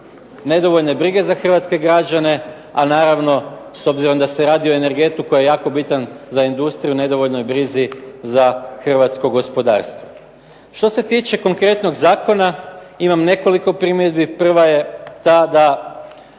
nedovoljne brige za hrvatske građane, a naravno s obzirom da se radi o energentu koji je jako bitan za industriju, nedovoljnoj brizi za hrvatsko gospodarstvo. Što se tiče konkretnog zakona, imam nekoliko primjedbi. Prva je ta da